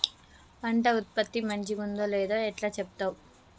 పంట ఉత్పత్తి మంచిగుందో లేదో ఎట్లా చెప్తవ్?